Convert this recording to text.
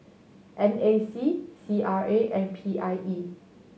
N A C C R A and P I E